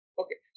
okay